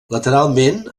lateralment